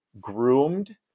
groomed